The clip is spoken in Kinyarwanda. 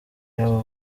y’abo